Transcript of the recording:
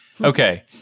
Okay